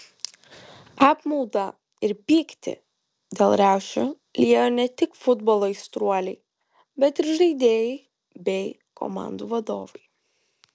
apmaudą ir pyktį dėl riaušių liejo ne tik futbolo aistruoliai bet ir žaidėjai bei komandų vadovai